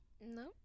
no